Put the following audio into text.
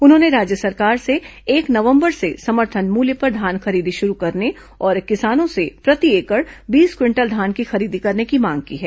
उन्होंने राज्य सरकार से एक नवंबर से समर्थन मूल्य पर धान खरीदी शुरू करने और किसानों से प्रति एकड़ बीस क्विंटल धान की खरीदी करने की मांग की है